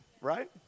right